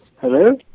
Hello